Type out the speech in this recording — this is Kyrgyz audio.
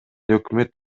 өкмөт